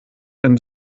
ein